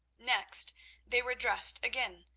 next they were dressed again,